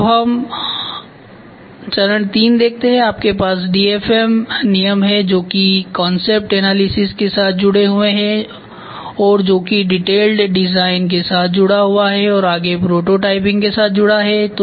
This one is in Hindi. तो अब हम चरण III देखते हैं आपके पास DFM नियम हैं जो की कॉस्ट एनालिसिस के साथ जुड़े हुए हैं और जो की डिटेल्ड डिज़ाइन के साथ जुड़ा हुआ है और यह आगे प्रोटोटाइपिंग के साथ जुड़ा हुआ है